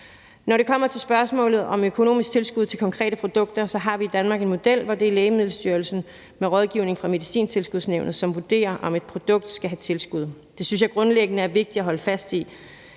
Når det kommer til spørgsmålet om økonomisk tilskud til konkrete produkter, har vi i Danmark en model, hvor det er Lægemiddelstyrelsen med rådgivning fra Medicintilskudsnævnet, som vurderer, om et produkt skal have tilskud. Det synes jeg grundlæggende er vigtigt at holde fast i.